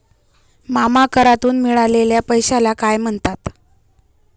मामा करातून मिळालेल्या पैशाला काय म्हणतात?